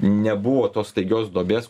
nebuvo tos staigios duobės